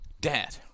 Dad